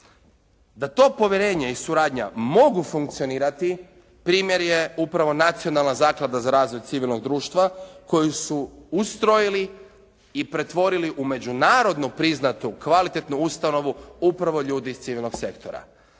Da to povjerenje i suradnja mogu funkcionirati primjer je upravo Nacionalna zaklada za razvoj civilnog društva koju su ustrojili i pretvorili u međunarodnu priznatu kvalitetnu ustanovu upravo ljudi iz civilnog sektora.